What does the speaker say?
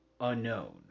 unknown